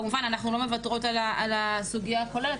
כמובן שאנחנו לא מוותרות על הסוגיה הכוללת,